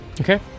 okay